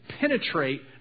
penetrate